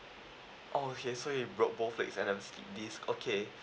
oh okay so you broke both of the disc okay